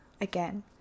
again